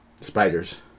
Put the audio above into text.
spiders